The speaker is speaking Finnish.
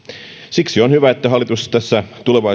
siksi on hyvä että hallitus tässä